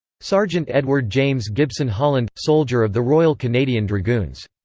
sergeant edward james gibson holland soldier of the royal canadian dragoons.